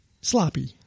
sloppy